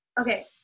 okay